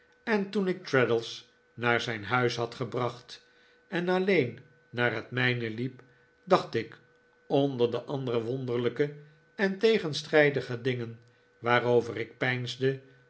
en toen ik traddles naar zijn huis had gebracht en alleen naar het mijne liep dacht ik onder de andere wonderlijke en tegenstrijdige dingen waarover ik peinsde